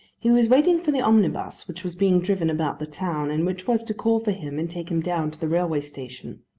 he was waiting for the omnibus which was being driven about the town, and which was to call for him and take him down to the railway station.